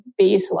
baseline